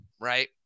right